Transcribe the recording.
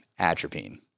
atropine